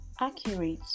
accurate